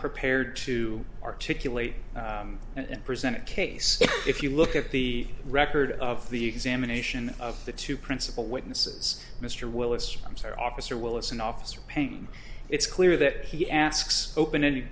prepared to articulate and presented a case if you look at the record of the examination of the two principal witnesses mr willis i'm sorry officer willis and officer payne it's clear that he asks open